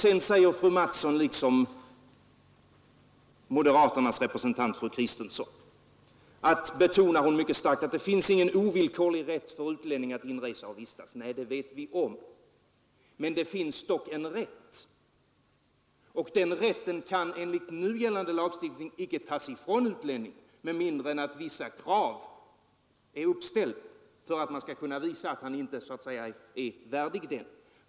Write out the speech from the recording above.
Vidare betonar fröken Mattson liksom moderaternas representant fru Kristensson mycket starkt att det inte finns någon ovillkorlig rätt för utlänning att inresa till och vistas i vårt land. Nej, det vet vi om, men det finns dock en rätt, och den kan enligt nu gällande lagstiftning inte tas från utlänning med mindre än att man har kunnat visa att utlänningen inte uppfyller vissa krav som är uppställda för denna rätt.